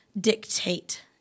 dictate